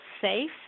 safe